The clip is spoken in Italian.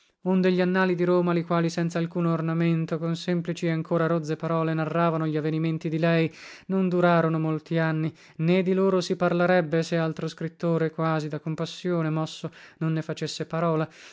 onde gli annali di roma li quali senza alcuno ornamento con semplici e ancora rozze parole narravano glavenimenti di lei non durarono molti anni né di loro si parlarebbe se altro scrittore quasi da compassione mosso non ne facesse parola